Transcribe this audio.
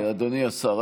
אדוני השר.